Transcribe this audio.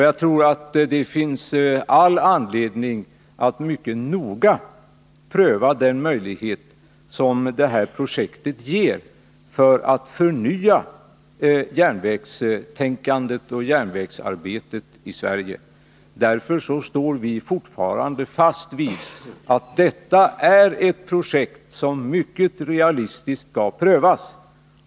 Jag tror att det finns all anledning att mycket noga pröva den möjlighet det ger att förnya järnvägstänkandet och järnvägsarbetet i Sverige. Därför står vi fortfarande fast vid att detta är ett projekt som skall prövas realistiskt.